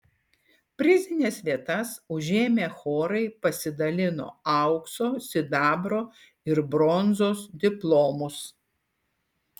prizines vietas užėmę chorai pasidalino aukso sidabro ir bronzos diplomus